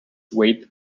weight